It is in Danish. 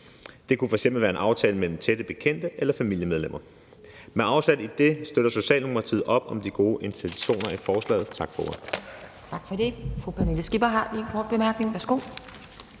Det kunne f.eks. være en aftale mellem tætte bekendte eller familiemedlemmer. Med afsæt i det støtter Socialdemokratiet op om de gode intentioner i forslaget. Tak for ordet.